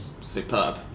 superb